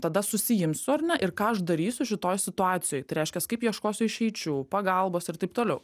tada susiimsiu ar ne ir ką aš darysiu šitoj situacijoj tai reiškias kaip ieškosiu išeičių pagalbos ir taip toliau